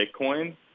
Bitcoin